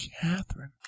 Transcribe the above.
Catherine